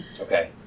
Okay